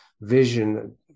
vision